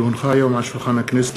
כי הונחו היום על שולחן הכנסת,